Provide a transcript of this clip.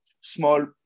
small